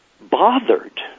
bothered